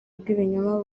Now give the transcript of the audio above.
bw’ibinyoma